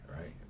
right